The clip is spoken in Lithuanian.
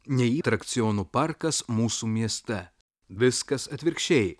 atrakcionų parkas mūsų mieste viskas atvirkščiai